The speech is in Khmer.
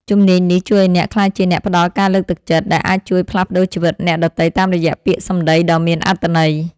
ជំនាញនេះជួយឱ្យអ្នកក្លាយជាអ្នកផ្ដល់ការលើកទឹកចិត្ត ដែលអាចជួយផ្លាស់ប្តូរជីវិតអ្នកដទៃតាមរយៈពាក្យសម្ដីដ៏មានអត្ថន័យ។